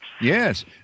Yes